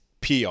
PR